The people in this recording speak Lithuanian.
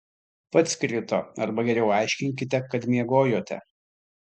pats krito arba geriau aiškinkite kad miegojote